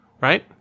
right